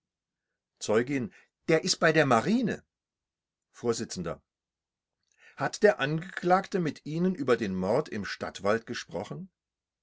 zeugin der ist bei der marine vors hat der angeklagte mit ihnen über den mord im stadtwald gesprochen